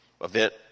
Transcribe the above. event